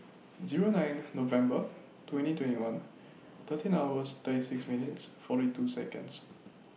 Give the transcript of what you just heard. Zero nine November twenty twenty one thirteen hours thirty six minutes forty two Seconds